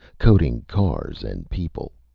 coating cars and people.